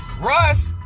Russ